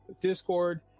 discord